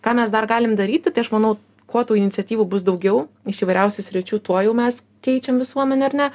ką mes dar galim daryti tai aš manau kuo tų iniciatyvų bus daugiau iš įvairiausių sričių tuo jau mes keičiam visuomenę ar ne